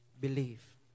believe